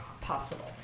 possible